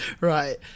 Right